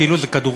כאילו זה כדורסל,